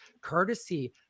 courtesy